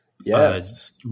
yes